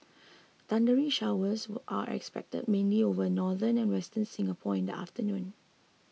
thundery showers are expected mainly over northern and western Singapore in the afternoon